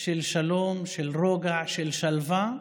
של שלום, של רוגע, של שלווה,